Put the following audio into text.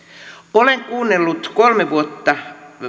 olen kuunnellut kolme vuotta